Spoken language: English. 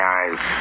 eyes